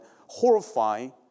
horrifying